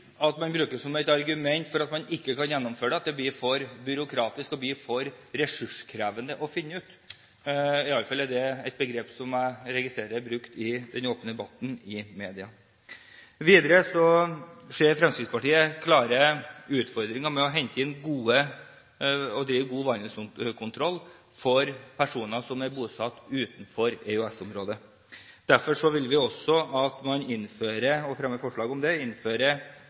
at man bruker som et argument for at man ikke kan gjennomføre det, at det blir for byråkratisk og for ressurskrevende å finne det ut – i alle fall er det begrep som jeg registrerer er brukt i den åpne debatten i media. Videre ser Fremskrittspartiet klare utfordringer med å drive god vandelskontroll for personer som er bosatt utenfor EØS-området. Derfor vil vi også at man innfører – og fremmer forslag om det